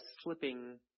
slipping